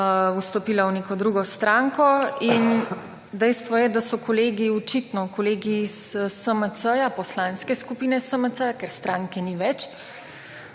vstopila v neko drugo stranko. In dejstvo je, da so kolegi očitno, kolegi iz SMC, Poslanske skupine SMC, ker stranke ni več,